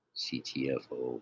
ctfo